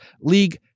league